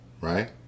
right